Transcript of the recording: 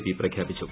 P പ്രഖ്യാപിച്ചു